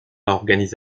organise